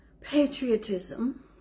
patriotism